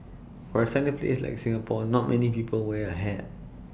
for A sunny place like Singapore not many people wear A hat